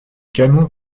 canon